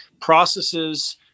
processes